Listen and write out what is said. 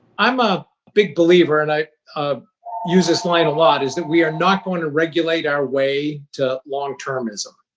i'm a big believer and i ah use this line a lot is that we are not going to regulate our way to long-termism.